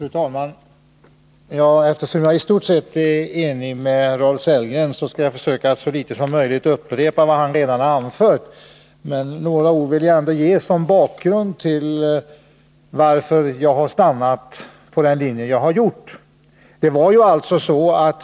Fru talman! Eftersom jag i stort sett är enig med Rolf Sellgren, skall jag försöka att så litet som möjligt upprepa vad han redan har anfört. Men några ord vill jag ändå säga som bakgrund till att jag har valt den linje som jag nu har valt.